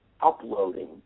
uploading